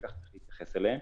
וכך צריך להתייחס אליהם.